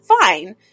fine